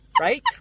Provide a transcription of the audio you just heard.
right